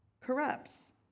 corrupts